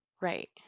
Right